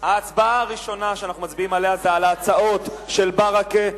ההצבעה הראשונה שאנחנו מצביעים זה על ההצעות של ברכה,